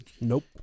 nope